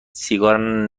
سیگار